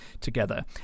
together